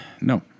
No